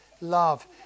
love